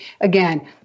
Again